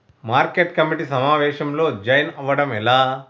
Market committee సమావేశంలో join అవ్వడం ఎలా?